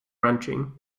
ranching